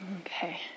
Okay